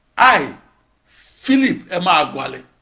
i philip emeagwali